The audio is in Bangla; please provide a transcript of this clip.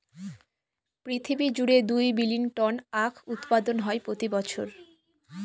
পৃথিবী জুড়ে দুই বিলীন টন আখ উৎপাদন হয় প্রতি বছর